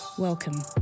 Welcome